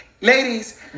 Ladies